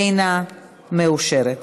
אינה מאושרת.